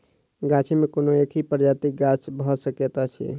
गाछी मे कोनो एकहि प्रजातिक गाछ भ सकैत अछि